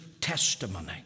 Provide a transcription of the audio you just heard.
testimony